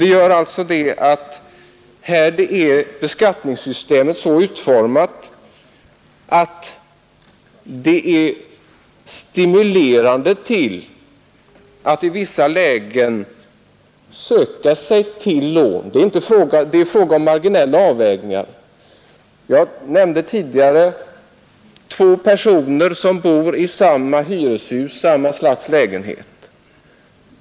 Det innebär att beskattningssystemet här är så utformat att man i vissa lägen stimuleras att skaffa sig lån. Jag nämnde tidigare två personer som bor i samma hyreshus och har samma slags lägenhet.